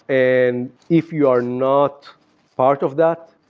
and if you are not part of that,